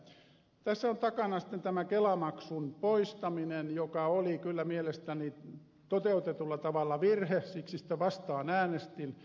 tässä on takana sitten tämä kelamaksun poistaminen joka oli kyllä mielestäni toteutetulla tavalla virhe siksi sitä vastaan äänestin